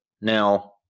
now